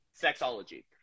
Sexology